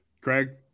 Craig